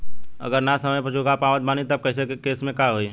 अगर ना समय पर चुका पावत बानी तब के केसमे का होई?